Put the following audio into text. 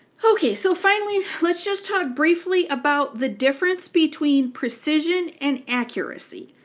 okay, so finally let's just talk briefly about the difference between precision and accuracy.